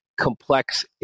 complex